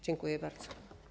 Dziękuję bardzo.